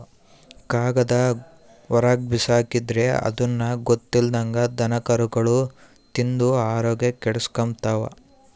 ಕಾಗದಾನ ಹೊರುಗ್ಬಿಸಾಕಿದ್ರ ಅದುನ್ನ ಗೊತ್ತಿಲ್ದಂಗ ದನಕರುಗುಳು ತಿಂದು ಆರೋಗ್ಯ ಕೆಡಿಸೆಂಬ್ತವ